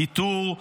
כיתור,